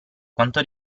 quanto